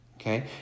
Okay